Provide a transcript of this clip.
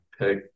pick